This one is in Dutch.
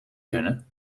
kunnen